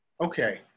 Okay